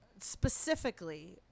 specifically